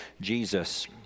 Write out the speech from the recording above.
Jesus